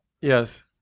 Yes